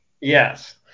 yes